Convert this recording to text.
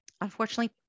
Unfortunately